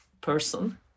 person